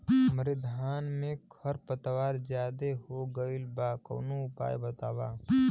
हमरे धान में खर पतवार ज्यादे हो गइल बा कवनो उपाय बतावा?